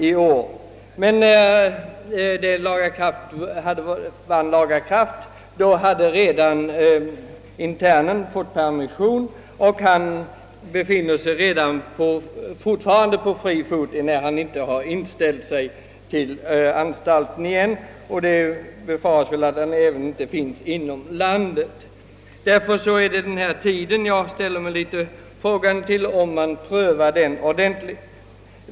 När domen vann laga kraft hade emellertid internen redan fått permission, och han befinner sig fortfarande på fri fot — han har inte inställt sig till anstalten igen. Det befaras att han inte finns inom landet. Jag ställer mig därför frågande till om man ordentligt prövar den tid som skall gå innan permission beviljas.